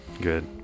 Good